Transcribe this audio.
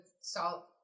salt